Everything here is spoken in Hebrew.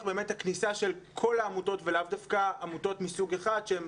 באמת את הכניסה של כל העמותות ולאו דווקא עמותות מסוג אחד שהן,